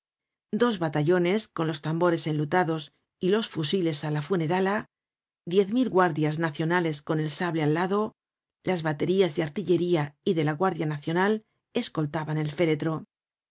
dos batallones con los tambores enlutados y los fusiles á la funerala diez mil guardias nacionales con el sable al lado las baterías de artillería y de la guardia nacional escoltaban el féretro